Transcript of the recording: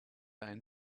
ein